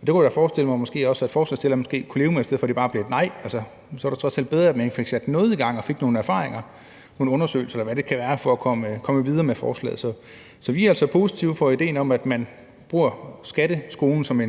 Det kunne jeg da også forestille mig at foreslagsstillerne måske kunne leve med, i stedet for at det bare blev et nej. Så er det trods alt bedre, at man får sat noget i gang og får nogle erfaringer, får lavet nogle undersøgelser, eller hvad det kan være, for at komme videre med forslaget. Så vi er altså positive over for idéen om, at man bruger skatteskruen som